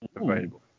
available